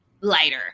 lighter